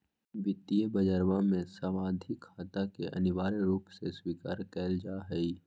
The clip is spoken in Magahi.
वित्तीय बजरवा में सावधि खाता के अनिवार्य रूप से स्वीकार कइल जाहई